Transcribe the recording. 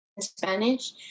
Spanish